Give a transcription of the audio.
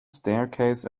staircase